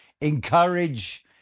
encourage